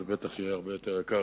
זה ודאי יהיה יותר יקר,